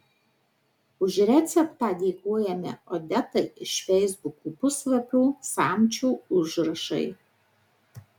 už receptą dėkojame odetai iš feisbuko puslapio samčio užrašai